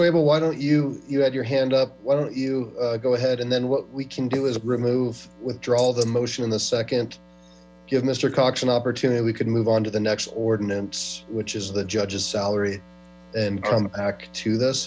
kelso why don't you you had your hand up why don't you go ahead and then what we can do is remove withdraw the motion in the second give mister cox an opportunity we could move on to the next ordinance which is the judge's salary and come back to this